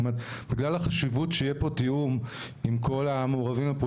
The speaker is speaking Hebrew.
בגלל החשיבות שיהיה פה תיאום עם כל המעורבים,